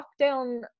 lockdown